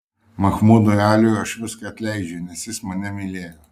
mahmudui aliui aš viską atleidžiu nes jis mane mylėjo